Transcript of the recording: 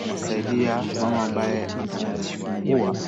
wanasaidia mama ambaye anajifungua.